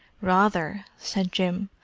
rather! said jim.